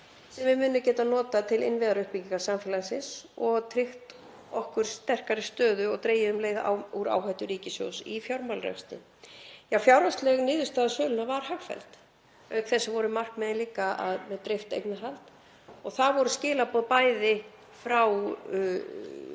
sem við munum geta notað til innviðauppbyggingar samfélagsins og tryggt okkur sterkari stöðu og dregið um leið úr áhættu ríkissjóðs í fjármálarekstri. Fjárhagsleg niðurstaða sölunnar var hagfelld. Auk þess voru markmiðin líka dreift eignarhald og það voru skilaboðin frá